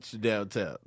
downtown